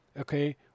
okay